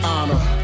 Honor